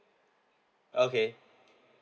okay